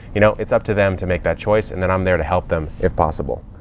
you know, it's up to them to make that choice and then i'm there to help them if possible.